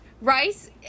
rice